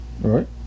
right